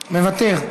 מוותר,